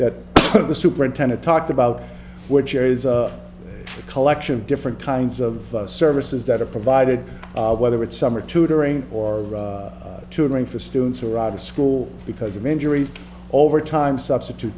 that the superintendent talked about which there is a collection of different kinds of services that are provided whether it's summer tutoring or tutoring for students who are out of school because of injuries over time substitute